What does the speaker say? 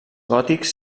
gòtics